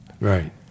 Right